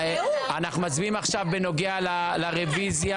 אנחנו מצביעים לגבי הרוויזיה